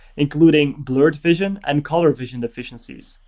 including blurred vision and color vision deficiencies.